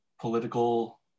political